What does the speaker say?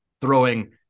throwing